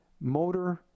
motor